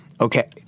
Okay